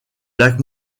lac